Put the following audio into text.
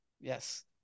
Yes